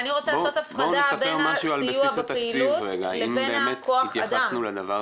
אני רוצה לעשות הפרדה בין הסיוע לפעילות לבין כוח אדם.